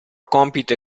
compito